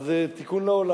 אז, תיקון לעולם.